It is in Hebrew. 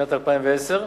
שנת 2010,